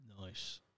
Nice